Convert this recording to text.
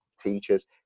teachers